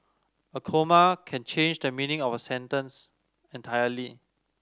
a comma can change the meaning of sentence entirely